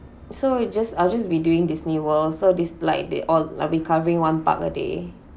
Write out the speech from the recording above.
so you just I'll just be doing Disney world so this like they all like we covering one park a day